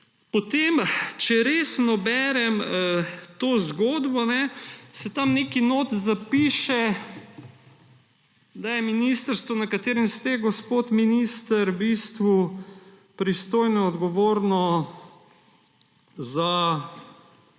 občini. Če resno berem to zgodbo, se tam notri zapiše, da je ministrstvo, na katerem ste, gospod minister, v bistvu pristojno, odgovorno za